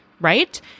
right